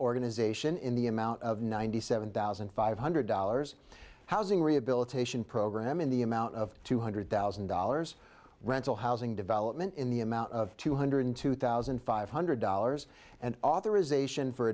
organization in the amount of ninety seven thousand five hundred dollars housing rehabilitation program in the amount of two hundred thousand dollars rental housing development in the amount of two hundred two thousand five hundred dollars an authorization for